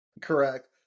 Correct